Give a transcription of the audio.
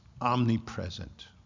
omnipresent